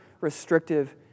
restrictive